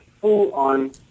full-on